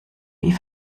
wie